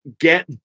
get